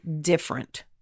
different